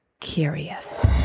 Curious